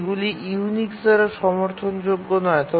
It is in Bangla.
এইগুলি ইউনিক্স দ্বারা সমর্থনযোগ্য নয়